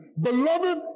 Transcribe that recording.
Beloved